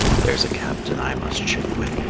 there's a captain i must ship with,